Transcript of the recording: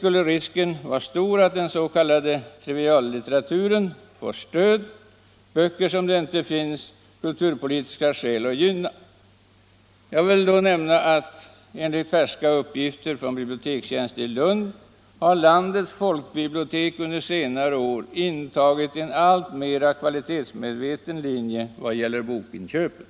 Risken skulle vara stor att den s.k. triviallitteraturen får stöd, böcker som det inte finns kulturpolitiska skäl att gynna. Jag vill då nämna att enligt färska uppgifter från Bibliotekstjänst i Lund har landets folkbibliotek under senare år följt en alltmer kvalitetsmedveten linje i vad gäller bokinköpen.